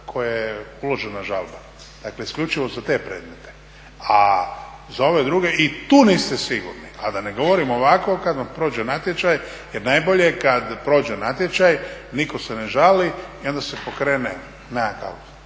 koje je uložena žalba, dakle isključivo za te predmete. A za ove druge i tu niste sigurni, a da ne govorim ovako kad vam prođe natječaj, jer najbolje je kad prođe natječaj niko se ne želi i onda se pokrene nekakva